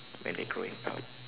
when they growing up